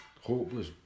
hopeless